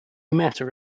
matter